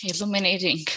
illuminating